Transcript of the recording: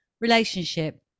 relationship